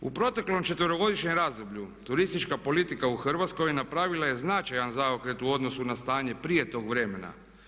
U proteklom 4.-godišnjem razdoblju turistička politika u Hrvatskoj napravila je značajan zaokret u odnosu na stanje prije tog vremena.